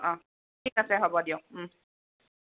অঁ ঠিক আছে হ'ব দিয়ক